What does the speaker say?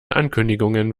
ankündigungen